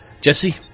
Jesse